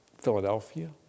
Philadelphia